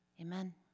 Amen